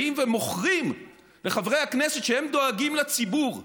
באים ומוכרים לחברי הכנסת שהם דואגים לציבור,